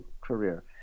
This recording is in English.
career